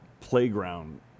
playground